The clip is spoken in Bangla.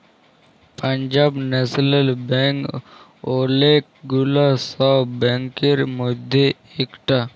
পাঞ্জাব ল্যাশনাল ব্যাঙ্ক ওলেক গুলা সব ব্যাংকের মধ্যে ইকটা